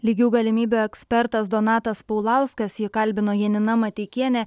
lygių galimybių ekspertas donatas paulauskas jį kalbino janina mateikienė